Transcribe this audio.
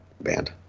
band